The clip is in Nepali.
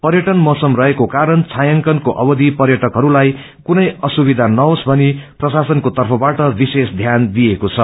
पर्यटन मौसम रहेक्रे कारण छायांकनको अवधि पर्यटकहरूलाई कुनै असुविधार नहोस् भनी प्रशासनका तर्फबाट विशेष ध्यान दिइएको छ